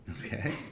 Okay